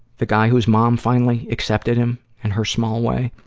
the guy whose mom finally accepted him in her small way,